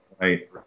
Right